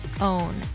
own